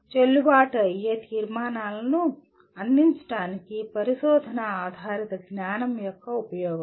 చెల్లుబాటు అయ్యే తీర్మానాలను అందించడానికి పరిశోధన ఆధారిత జ్ఞానం యొక్క ఉపయోగం